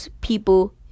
people